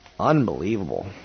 Unbelievable